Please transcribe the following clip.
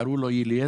קראו לו איליאסקו,